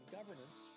Governance